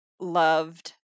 loved